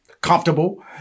comfortable